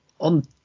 on